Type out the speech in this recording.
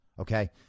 okay